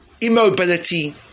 immobility